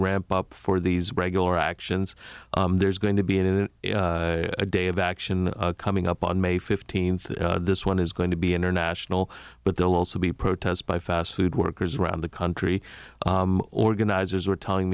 ramp up for these regular actions there's going to be in a day of action coming up on may fifteenth this one is going to be international but they'll also be protests by fast food workers around the country organizers were telling